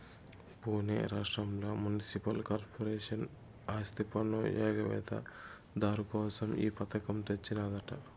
పునే రాష్ట్రంల municipal corporation ఆస్తిపన్ను ఎగవేత దారు కోసం ఈ పథకం తెచ్చినాదట